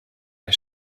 der